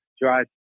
dry